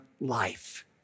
life